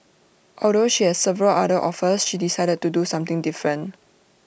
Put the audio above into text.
although she had several other offers she decided to do something different